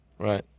Right